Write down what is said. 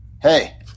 Hey